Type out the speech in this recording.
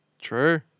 True